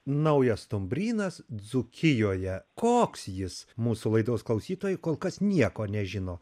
naujas stumbrynas dzūkijoje koks jis mūsų laidos klausytojai kol kas nieko nežino